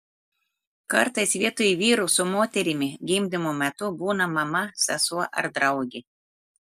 kartais vietoj vyro su moterimi gimdymo metu būna mama sesuo ar draugė